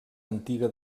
antiga